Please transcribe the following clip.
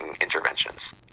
interventions